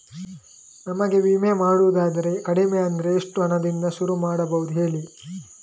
ನಮಗೆ ವಿಮೆ ಮಾಡೋದಾದ್ರೆ ಕಡಿಮೆ ಅಂದ್ರೆ ಎಷ್ಟು ಹಣದಿಂದ ಶುರು ಮಾಡಬಹುದು ಹೇಳಿ